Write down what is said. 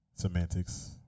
Semantics